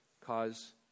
cause